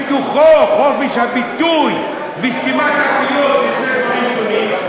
בתוכו חופש הביטוי וסתימת הפיות זה שני דברים שונים,